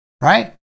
right